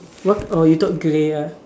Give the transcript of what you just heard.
what oh you thought grey ah